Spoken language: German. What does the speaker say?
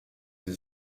sie